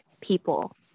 people